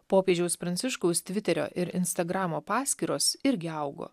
popiežiaus pranciškaus tviterio ir instagramo paskyros irgi augo